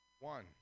One